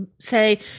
say